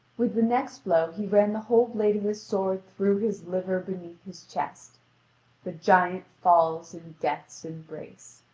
with the next blow he ran the whole blade of his sword through his liver beneath his chest the giant falls in death's embrace.